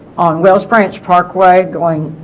on wells branch parkway going